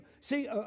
see